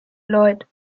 lloyd